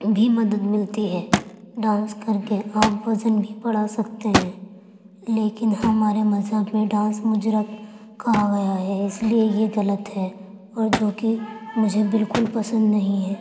بھی مدد ملتی ہے ڈانس کر کے آپ وزن بھی بڑھا سکتے ہیں لیکن ہمارے مذہب میں ڈانس مجرا کہا گیا ہے اس لیے یہ غلط ہے اور جو کہ مجھے بالکل پسند نہیں ہے